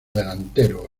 delantero